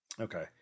Okay